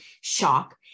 shock